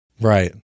right